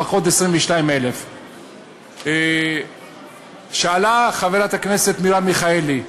פחות 22,000. שאלה חברת הכנסת מרב מיכאלי,